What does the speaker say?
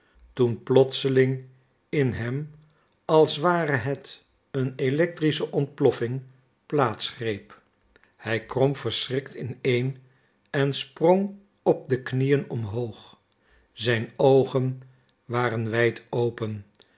toen plotseling in hem als ware het een electrische ontploffing plaats greep hij kromp verschrikt ineen en sprong op de knieën omhoog zijn oogen waren wijd geopend